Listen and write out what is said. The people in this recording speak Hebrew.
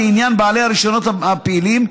לעניין בעלי הרישיונות הפעילים,